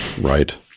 right